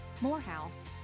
Morehouse